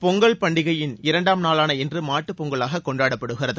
பொங்கல் பண்டிகையின் இரண்டாம் நாளான இன்று மாட்டுப் பொங்கலாக கொண்டாடப்படுகிறது